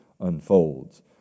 unfolds